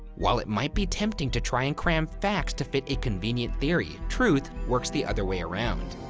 while it might be tempting to try and cram facts to fit a convenient theory, truth works the other way around.